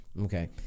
okay